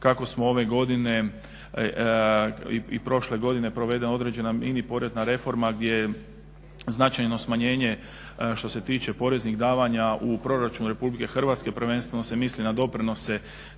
kako smo ove godine i prošle godine provedena određena mini porezna reforma gdje je značajno smanjenje što se tiče poreznih davanja u proračunu Republike Hrvatske, prvenstveno se misli na doprinose